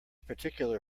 particular